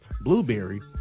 Blueberry